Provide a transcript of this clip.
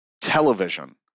television